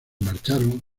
marcharon